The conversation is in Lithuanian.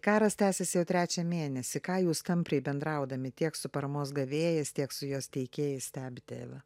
karas tęsiasi jau trečią mėnesį ką jūs tampriai bendraudami tiek su paramos gavėjas tiek su jos teikėjais stebite eva